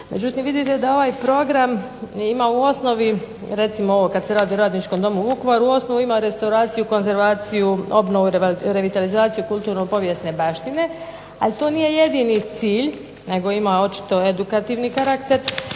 Međutim, vidite da ovaj program ima u osnovi, recimo ovo kad se radi o Radničkom domu u Vukovaru, u osnovi ima restauraciju i konzervaciju, obnovu i revitalizaciju kulturno povijesne baštine, ali to nije jedini cilj nego ima očito edukativni karakter